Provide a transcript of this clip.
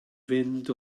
fynd